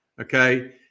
Okay